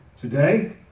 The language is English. Today